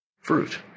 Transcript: fruit